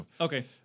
okay